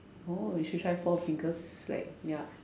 oh we should try Four Fingers like ya